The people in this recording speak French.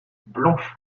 blanches